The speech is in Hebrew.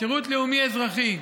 שירות לאומי-אזרחי,